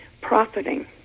profiting